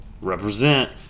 represent